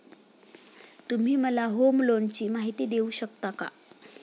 तुम्ही मला होम लोनची माहिती देऊ शकता का?